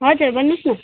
हजुर भन्नुहोस् न